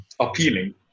appealing